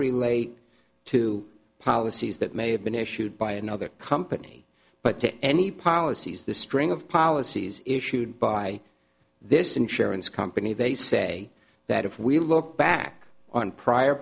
relate to policies that may have been issued by another company but to any policies the string of policies issued by this insurance company they say that if we look back on prior